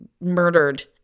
murdered